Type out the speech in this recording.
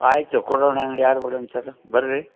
ಆಯ್ತು ಕೊಡೋಣ ಯಾರು ಬೇಡ ಅಂತಾರ್ರಿ ಬರ್ರೀ